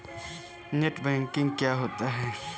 Net banking क्या होता है?